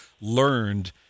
learned